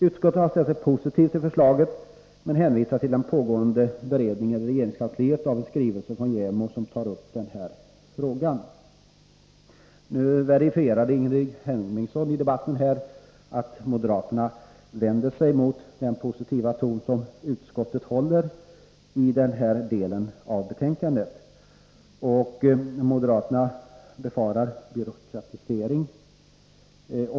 Utskottet har ställt sig positivt till förslaget men hänvisar till den pågående beredningen i regeringskansliet av en skrivelse från JämO som bl.a. tar upp den här frågan. Ingrid Hemmingsson verifierade i debatten att moderaterna vänder sig mot den positiva ton som utskottet håller i den här delen av betänkandet. Moderaterna befarar byråkratisering.